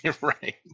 Right